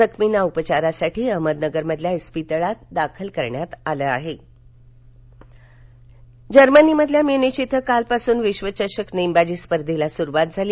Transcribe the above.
जखमींना उपचारासाठी अहमदनगरमधील स्पितळात दाखल करण्यात आलं नेमबाजी जर्मनीमधल्या म्युनिच श्व कालपासून विश्वचषक नेमबाजी स्पर्धेला सुरुवात झाली